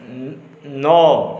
नओ